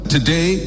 Today